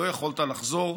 לא יכולת לחזור,